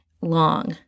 long